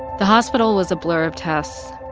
the hospital was a blur of tests.